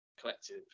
collective